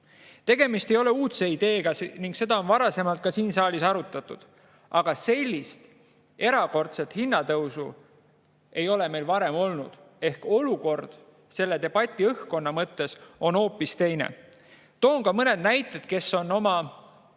Tegemist ei ole uudse ideega ning seda on varem siin saalis arutatud. Aga sellist erakordset hinnatõusu ei ole meil varem olnud ehk olukord on selle debati õhkkonna mõttes hoopis teine. Toon ka mõned näited nendest, kes on oma